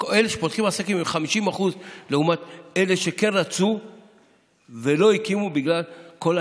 עסקים הם 50% לעומת אלה שכן רצו ולא הקימו בגלל כל התהליך.